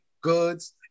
goods